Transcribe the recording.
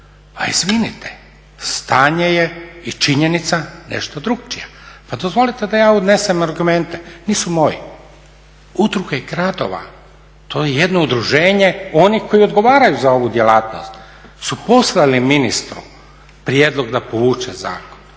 Pa izvinite, stanje je i činjenica nešto drugačija. Pa dozvolite da ja unesem argumente, nisu moji. Udruge gradova, to je jedno udruženje onih koji odgovaraju za ovu djelatnost, su poslali ministru prijedlog da povuče zakon,